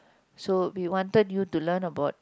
so we wanted you to learn about